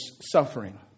suffering